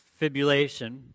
fibrillation